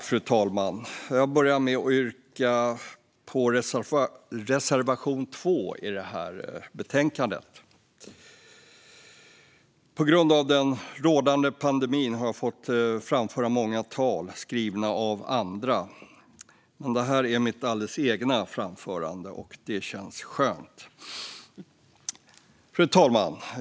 Fru talman! Jag vill börja med att yrka bifall till reservation 2 i det här betänkandet. På grund av den rådande pandemin har jag fått framföra många tal skrivna av andra, men det här är mitt eget framförande, och det känns skönt. Fru talman!